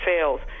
sales